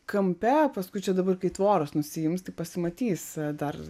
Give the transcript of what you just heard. kampe paskui čia dabar kai tvoros nusiims tai pasimatys dar